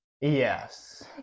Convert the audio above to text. yes